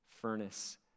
furnace